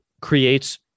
creates